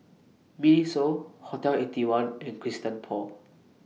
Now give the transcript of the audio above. Miniso Hotel Eighty One and Christian Paul